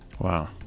Wow